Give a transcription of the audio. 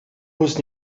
muss